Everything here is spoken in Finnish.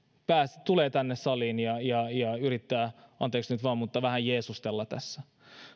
tulee tänne saliin ja ja yrittää anteeksi nyt vain vähän jeesustella tässä